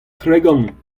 tregont